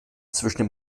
zwischen